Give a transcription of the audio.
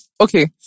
Okay